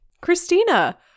Christina